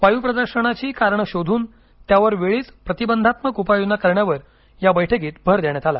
वायू प्रदूषणाची कारणं शोधून त्यावर वेळीच प्रतिबंधात्मक उपाययोजना करण्यावर या बैठकीत भर देण्यात आला